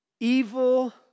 Evil